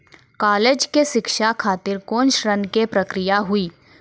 College के शिक्षा खातिर कौन ऋण के प्रक्रिया हुई?